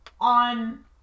on